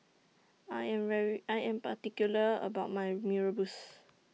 I Am very I Am particular about My Mee Rebus